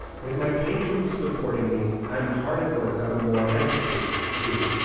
with my patrons supporting me, i am hard at work on a more epic history, too.